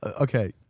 okay